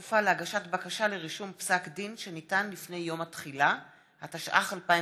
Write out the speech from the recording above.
מימוש מרשם בכל בית מרקחת), התשע"ח 2018,